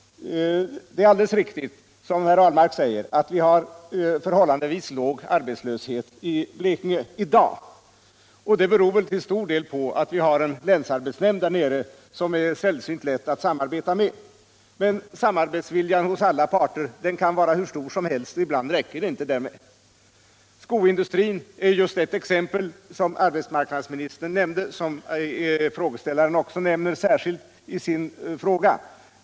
Det är alldeles riktigt, som herr Ahlmark säger, att vi har en förhållandevis låg arbetslöshet i Blekinge i dag, och det beror väl till stor del på att vi har en länsarbetsnämnd där nere som är sällsynt lätt att samarbeta med. Men samarbetsviljan hos alla parter må vara hur stor som helst - ibland räcker det inte därmed. Skoindustrin är just ett exempel som arbetsmarknadsministern nämnde och som också frågeställaren särskilt har pekat på i sin fråga.